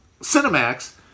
Cinemax